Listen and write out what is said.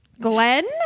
Glenn